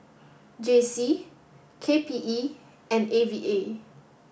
J C K P E and A V A